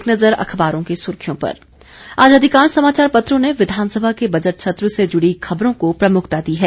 एक नजर अखबारों की सुर्खियों पर आज अधिकांश समाचार पत्रों ने विधानसभा के बजट सत्र से जुड़ी खबरों को प्रमुखता दी है